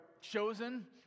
chosen